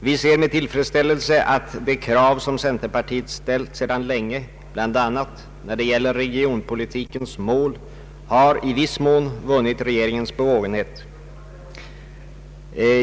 Vi ser med tillfredsställelse att de krav som centerpartiet ställt sedan länge, bl.a. när det gäller regionpolitikens mål, i viss mån har vunnit regeringens bevågenhet.